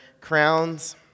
crowns